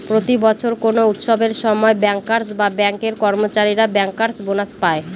প্রতি বছর কোনো উৎসবের সময় ব্যাঙ্কার্স বা ব্যাঙ্কের কর্মচারীরা ব্যাঙ্কার্স বোনাস পায়